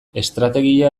estrategia